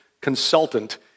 consultant